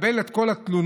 לקבל את כל התלונות,